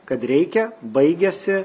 kad reikia baigiasi